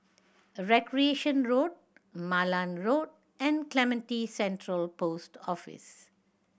Recreation Road Malan Road and Clementi Central Post Office